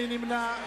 מי נמנע?